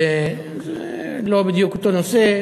לא בדיוק אותו נושא,